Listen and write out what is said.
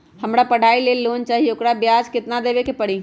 हमरा पढ़ाई के लेल लोन चाहि, ओकर ब्याज केतना दबे के परी?